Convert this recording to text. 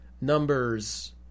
numbers